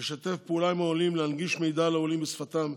לשתף פעולה עם העולים, להנגיש מידע לעולים בשפתם,